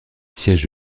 siège